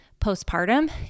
postpartum